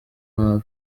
nabi